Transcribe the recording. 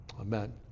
Amen